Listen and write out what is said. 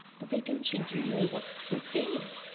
but they don't seem to know what thrift is.